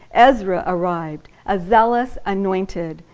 ezra arrived, a zealous anointed,